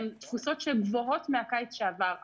הם תפוסות שגבוהות מהקיץ שעבר.